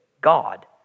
God